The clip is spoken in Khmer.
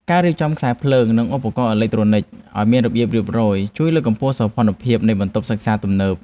ការរៀបចំខ្សែភ្លើងនិងឧបករណ៍អេឡិចត្រូនិកឱ្យមានរបៀបរៀបរយ ជួយលើកកម្ពស់សោភ័ណភាពនៃបន្ទប់សិក្សាទំនើប។